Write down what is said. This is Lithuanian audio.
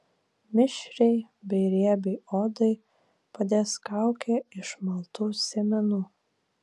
mišriai bei riebiai odai padės kaukė iš maltų sėmenų